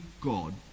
God